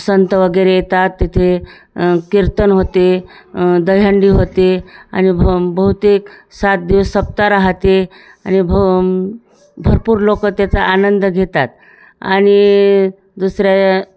संत वगैरे येतात तिथे कीर्तन होते दहीहंडी होते आणि भ बहुतेक सात दिवस सप्ताह राहाते आणि भ भरपूर लोक त्याचा आनंद घेतात आणि दुसऱ्या